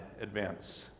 advance